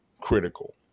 critical